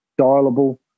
dialable